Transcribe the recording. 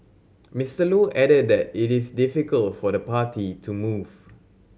Mister Low added that it is difficult for the party to move